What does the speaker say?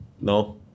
No